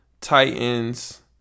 Titans